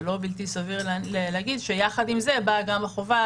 זה לא בלתי סביר להגיד שיחד עם זה באה גם החובה